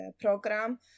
program